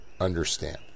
understand